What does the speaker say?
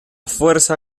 fuerza